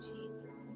Jesus